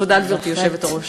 תודה, גברתי היושבת-ראש.